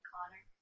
Connor